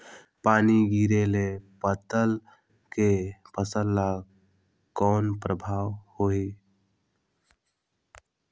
पानी गिरे ले पताल के फसल ल कौन प्रभाव होही?